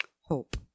Hope